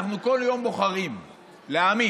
בכל יום אנחנו בוחרים להאמין,